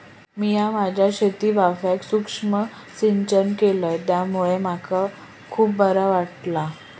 मिया माझ्या शेतीवाफ्यात सुक्ष्म सिंचन केलय त्यामुळे मका खुप बरा वाटला